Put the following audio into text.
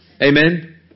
Amen